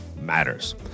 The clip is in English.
matters